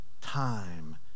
time